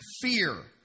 fear